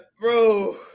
bro